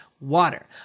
water